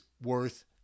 worth